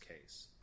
case